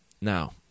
Now